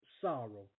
sorrow